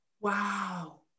Wow